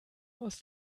aus